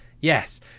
Yes